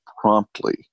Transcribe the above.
promptly